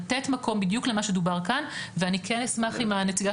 לתת מקום בדיוק למה שדובר כאן ואני כן אשמח אם הנציגה